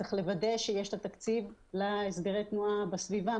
צריך לוודא שיש את התקציב להסדרי התנועה בסביבה.